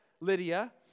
Lydia